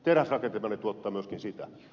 teräsrakentaminen tuottaa myöskin niitä